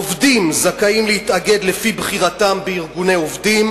עובדים זכאים להתאגד לפי בחירתם בארגוני עובדים